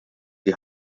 die